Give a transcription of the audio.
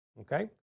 Okay